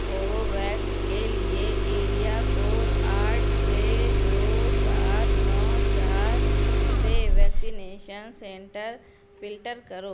Covax کے لیے area code آٹھ چھ دو سات نو چار سے ویکسینیشن سینٹر فلٹر کرو